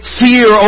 fear